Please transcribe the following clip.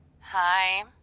Hi